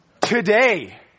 today